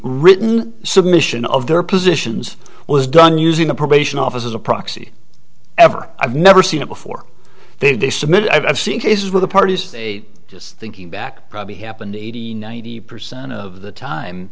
written submission of their positions was done using the probation office as a proxy ever i've never seen it before they submitted i've seen cases where the parties they just thinking back probably happened eighty ninety percent of the time